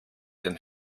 den